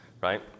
right